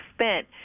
spent